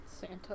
Santa